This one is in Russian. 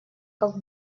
как